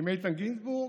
עם איתן גינזבורג,